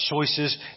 choices